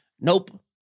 Nope